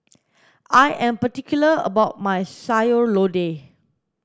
I am particular about my sayur lodeh